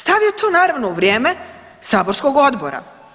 Stavio to naravno u vrijeme saborskog odbora.